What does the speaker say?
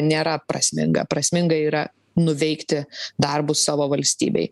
nėra prasminga prasminga yra nuveikti darbus savo valstybei